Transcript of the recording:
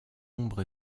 ombre